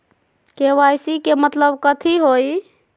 KYC के मतलब कथी होई?